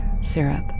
syrup